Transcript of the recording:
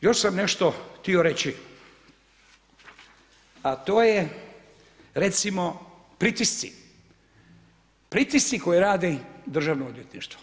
Još sam nešto htio reći, a to je recimo pristići, pritisci koje radi Državno odvjetništvo.